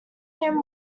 him